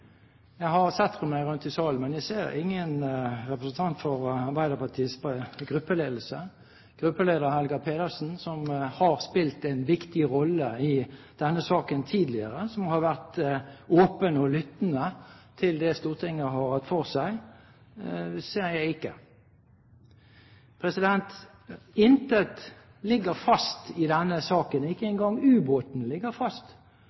Jeg sender én. Jeg har sett meg rundt i salen, men jeg ser ingen representant fra Arbeiderpartiets gruppeledelse. Gruppeleder Helga Pedersen, som har spilt en viktig rolle i denne saken tidligere, og som har vært åpen og lyttende til det Stortinget har hatt for seg, ser jeg ikke. Intet ligger fast i denne saken, ikke engang ubåten ligger fast.